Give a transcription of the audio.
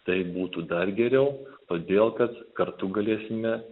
tai būtų dar geriau todėl kad kartu galėsime